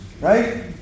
Right